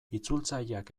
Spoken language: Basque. itzultzaileak